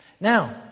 Now